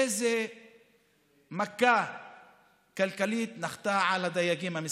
איזו מכה כלכלית נחתה על הדייגים המסכנים,